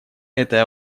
этой